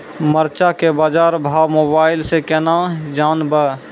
मरचा के बाजार भाव मोबाइल से कैनाज जान ब?